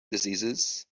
diseases